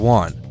one